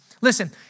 Listen